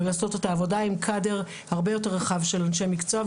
ולעשות את העבודה עם קאדר הרבה יותר רחב של אנשי מקצוע,